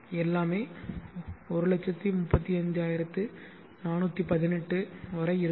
எல்லாமே 135418 வரை இருக்கும்